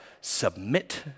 submit